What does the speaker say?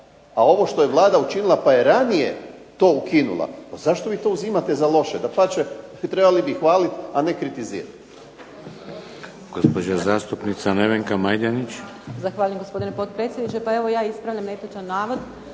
A ovo što je Vlada učinila pa je ranije to ukinula, pa zašto vi to uzimate za loše? Dapače, trebali bi hvaliti, a ne kritizirati.